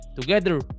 together